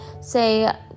say